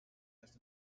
erst